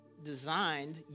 Designed